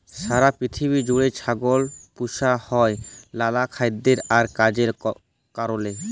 সারা পিথিবী জুইড়ে ছাগল পুসা হ্যয় লালা খাইদ্য আর কাজের কারলে